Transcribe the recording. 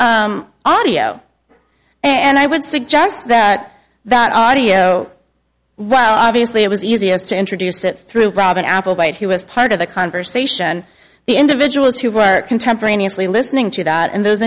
there's audio and i would suggest that that audio while obviously it was easiest to introduce it through robin applewhite he was part of the conversation the individuals who were contemporaneously listening to that and those